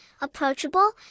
approachable